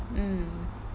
hmm